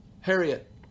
Harriet